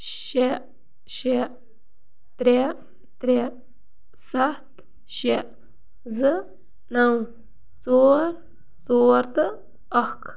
شےٚ شےٚ ترٛےٚ ترٛےٚ ستھ شےٚ زٕ نَو ژور ژور تہٕ اَکھ